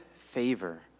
favor